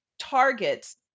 targets